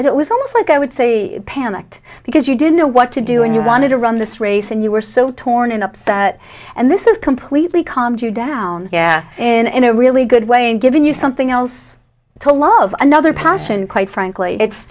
almost like i would say panicked because you didn't know what to do and you wanted to run this race and you were so torn and upset and this is completely calmed you down yeah in a really good way and giving you something else to love another passion quite frankly it's